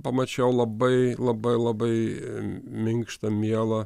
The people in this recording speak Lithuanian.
pamačiau labai labai labai minkštą mielą